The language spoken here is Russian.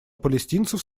палестинцев